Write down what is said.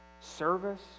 service